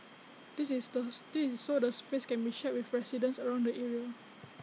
this is those this is so the space can be shared with residents around the area